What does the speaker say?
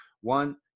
one